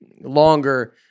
longer